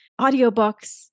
audiobooks